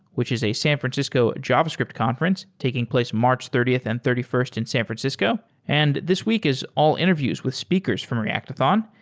which is a san francisco javascript conference taking place march thirtieth and thirty first in san francisco. and this week is all interviews with speakers from reactathon.